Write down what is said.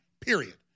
period